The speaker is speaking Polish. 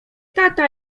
tata